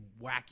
wacky